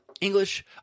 English